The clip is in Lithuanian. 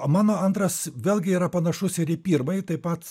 o mano antras vėlgi yra panašus ir į pirmąjį taip pat